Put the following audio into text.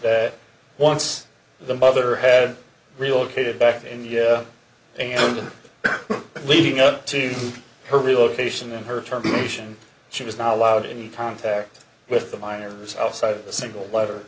that once the mother had relocated back to india and leading up to her relocation and her terminations she was not allowed any time to act with the miners outside a single letter